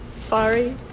Sorry